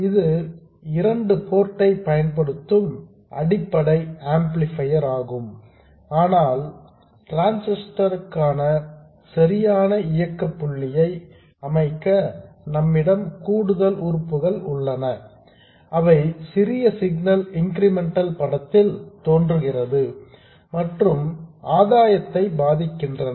இது இரண்டு போர்ட் ஐ பயன்படுத்தும் அடிப்படை ஆம்ப்ளிபையர் ஆகும் ஆனால் டிரான்சிஸ்டர் க்கான சரியான இயக்கப் புள்ளியை அமைக்க நம்மிடம் சில கூடுதல் உறுப்புகள் உள்ளன அவை சிறிய சிக்னல் இன்கிரிமெண்டல் படத்தில் தோன்றுகிறது மற்றும் ஆதாயத்தை பாதிக்கின்றன